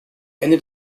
ende